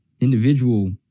individual